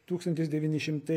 tūkstantis devyni šimtai